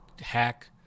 hack